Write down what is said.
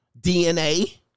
DNA